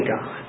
God